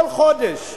כל חודש,